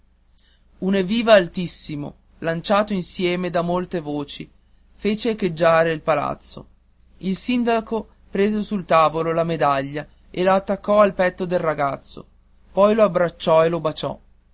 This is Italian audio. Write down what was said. un evviva altissimo lanciato insieme da molte voci fece echeggiare il palazzo il sindaco prese sul tavolo la medaglia e l'attaccò al petto del ragazzo poi lo abbracciò e lo baciò